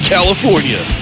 California